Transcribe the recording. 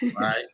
right